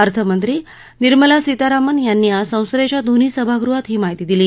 अर्थमंत्री निर्मला सीतारामन् यांनी आज संसदेच्या दोन्ही सभागृहात ही माहिती दिली